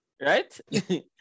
right